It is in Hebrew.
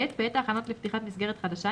בעת ההכנות לפתיחת מסגרת חדשה,